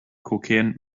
cocaine